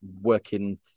working